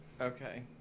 okay